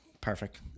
Perfect